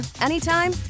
anytime